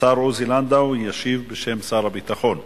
הצעות לסדר-היום שמספרן 5799,